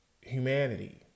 humanity